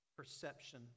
Perception